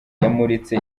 yamuritse